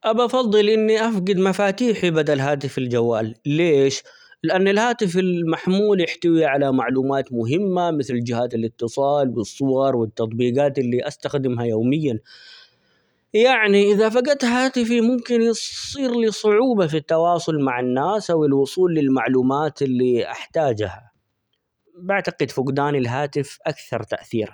بفضل إني أفقد مفاتيحي بدل هاتفي الجوال ليش؟ لأن الهاتف المحمول يحتوي على معلومات مهمة مثل: جهات الإتصال ،والصور ، والتطبيقات اللي استخدمها يوميا، يعني إذا فقدت هاتفي ممكن -يص-يصير لي صعوبة في التواصل مع الناس أو الوصول للمعلومات اللي أحتاجها -ب-بعتقد فقدان الهاتف أكثر تاثيرًا.